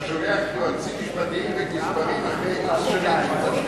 אתה שולח יועצים משפטיים וגזברים אחרי שנים.